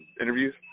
interviews